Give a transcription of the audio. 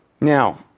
Now